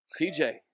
TJ